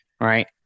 Right